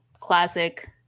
classic